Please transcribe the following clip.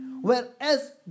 Whereas